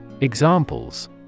Examples